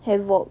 havoc